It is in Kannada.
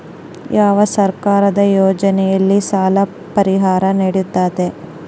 ಯಾವ ಸರ್ಕಾರದ ಯೋಜನೆಯಲ್ಲಿ ಸಾಲ ಪರಿಹಾರ ನೇಡುತ್ತಾರೆ?